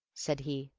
said he.